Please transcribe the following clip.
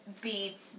beats